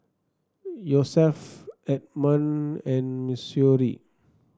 Yosef Edmon and Missouri